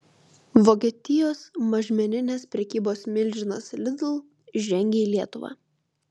vokietijos mažmeninės prekybos milžinas lidl žengia į lietuvą